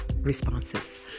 responses